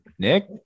Nick